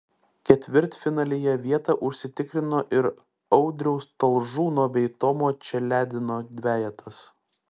ketvirtfinalyje vietą užsitikrino ir audriaus talžūno bei tomo čeledino dvejetas